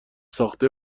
ساخته